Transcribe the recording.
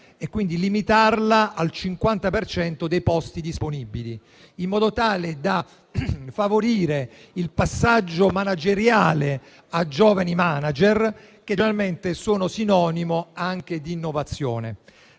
al 50 per cento dei posti disponibili, in modo tale da favorire il passaggio manageriale a giovani che generalmente sono sinonimo anche di innovazione.